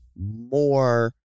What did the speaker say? more